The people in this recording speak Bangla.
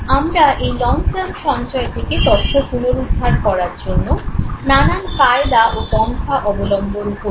আমরা এই লং টার্ম সঞ্চয় থেকে তথ্য পুনরুদ্ধার করার জন্য নানান কায়দা ও পন্থা অবলম্বন করি